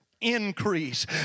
increase